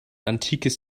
antikes